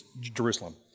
Jerusalem